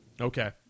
Okay